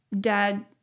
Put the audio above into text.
dad